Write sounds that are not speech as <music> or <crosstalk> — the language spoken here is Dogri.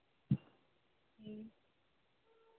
<unintelligible>